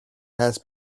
has